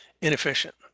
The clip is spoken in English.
inefficient